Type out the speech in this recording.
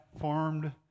formed